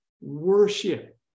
worship